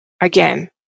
again